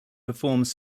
performs